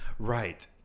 Right